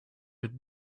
could